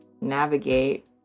navigate